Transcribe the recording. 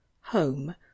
home